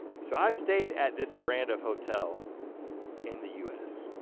so i've stayed at this brand of hotel in the u s.